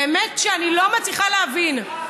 באמת שאני לא מצליחה להבין.